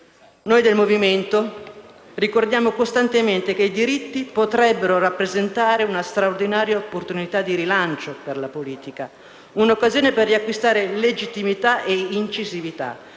Noi del Movimento ricordiamo costantemente che i diritti potrebbero rappresentare una straordinaria opportunità di rilancio per la politica; un'occasione per riacquistare legittimità e incisività,